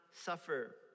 suffer